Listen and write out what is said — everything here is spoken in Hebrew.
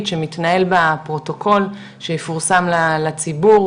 שמתנהל בה פרוטוקול שיפורסם לציבור,